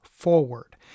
forward